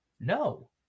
No